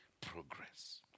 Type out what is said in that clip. progress